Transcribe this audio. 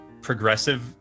progressive